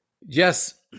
Yes